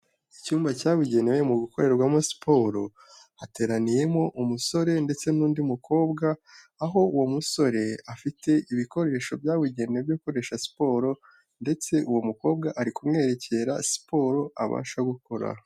Icyumba cyabugenewe mu gukorerwamo siporo, hateraniyemo umusore ndetse n'undi mukobwa, aho uwo musore afite ibikoresho byabugenewe byo gukoresha siporo ndetse uwo mukobwa ari kumwerekera siporo abasha gukora.